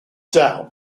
down